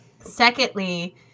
Secondly